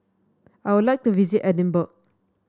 I would like to visit Edinburgh